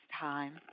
time